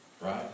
right